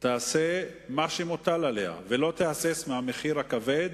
תעשה מה שמוטל עליה, ולא תהסס לגבי המחיר הכבד,